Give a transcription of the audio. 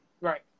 right